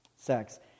sex